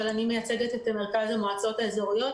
אבל אני מייצגת את מרכז המועצות האזוריות,